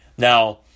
Now